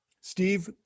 Steve